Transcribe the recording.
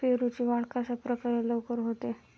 पेरूची वाढ कशाप्रकारे लवकर होते?